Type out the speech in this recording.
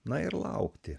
na ir laukti